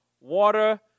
Water